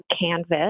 CANVAS